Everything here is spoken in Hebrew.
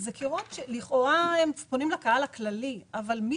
אלה קירות שפונים לקהל הכללי אבל מי